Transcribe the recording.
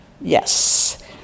Yes